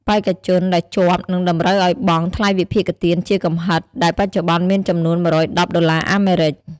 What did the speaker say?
បេក្ខជនដែលជាប់នឹងតម្រូវឱ្យបង់ ថ្លៃវិភាគទានជាកំហិត ដែលបច្ចុប្បន្នមានចំនួន ១១០ ដុល្លារអាមេរិក។